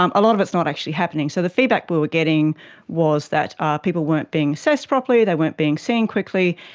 um a lot of it is not actually happening. so the feedback we were getting was that ah people weren't being assessed properly, they weren't being seen quickly,